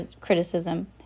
criticism